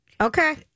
Okay